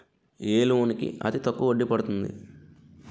ఏ loan కి అతి తక్కువ వడ్డీ పడుతుంది?